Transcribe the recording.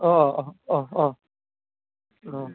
अह अह अह अह ओम